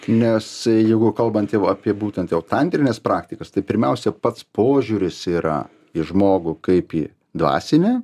nes jeigu kalbant jau apie būtent jau tantrines praktikas tai pirmiausia pats požiūris yra į žmogų kaip į dvasinę